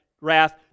wrath